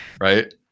right